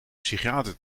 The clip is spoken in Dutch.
psychiater